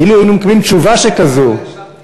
אילו היינו מקבלים תשובה שכזו, לא האשמתי.